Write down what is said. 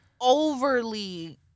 overly